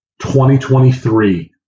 2023